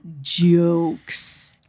jokes